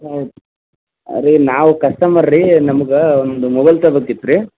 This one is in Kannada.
ಹೌದು ರೀ ನಾವು ಕಸ್ಟಮರ್ ರೀ ನಮ್ಗೆ ಒಂದು ಮೊಬೈಲ್ ತಗೊಬೇಕಿತ್ತು ರೀ